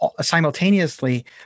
simultaneously